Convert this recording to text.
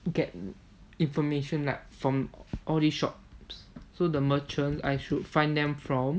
get information from like all these shops so the merchants I should find them from